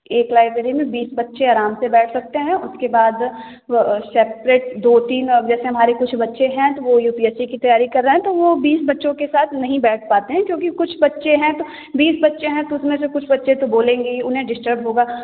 एक लाइब्रेरी में बीस बच्चे आराम से बैठ सकते हैं उसके बाद सेपरेट दो तीन और जैसे हमारे कुछ बच्चे हैं तो वो यू पी एस सी की तैयारी कर रहे हैं तो वो बीस बच्चों के साथ नहीं बैठ पाते हैं क्योंकि कुछ बच्चे हैं तो बीस बच्चे हैं तो उसमें से कुछ बच्चे तो बोलेंगे ही उन्हें डिस्टर्ब होगा